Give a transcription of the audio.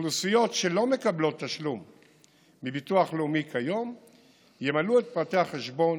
אוכלוסיות שלא מקבלות תשלום מביטוח לאומי כיום ימלאו את פרטי חשבון